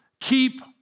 keep